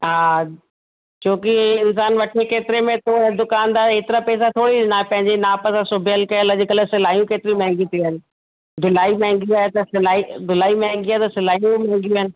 हा छो की इन्सानु वठे केतिरे में थो ऐं दुकानदार एतिरा पैसा थोरी ॾींदा पंहिंजी माप सां सुबियल कयल अॼकल्ह सिलायूं केतिरी महांॻियूं थी वियूं आहिनि ढिलाई महांॻी आहे त सिलाई सिलाई महांॻी आहे त सिलायूं बि महांॻियूं आहिनि